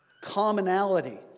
commonality